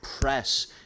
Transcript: press